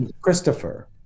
christopher